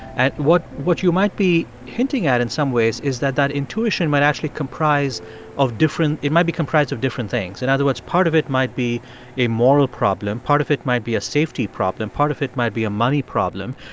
and what what you might be hinting at, in some ways, is that that intuition might actually comprise of different it might be comprised of different things. in other words, part of it might be a moral problem. part of it might be a safety problem. part of it might be a money problem.